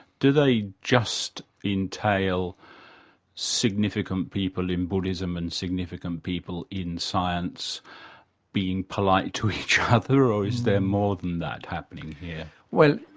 do they just entail significant people in buddhism and significant people in science being polite to each other, or is there more than that happening here? well,